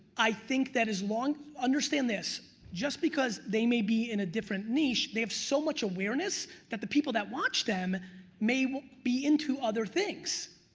i think that as long. understand this. just because they may be in a different niche, they have so much awareness that the people that watch them may be into other things,